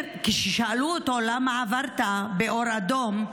שאלו אותו: למה עברת באור אדום?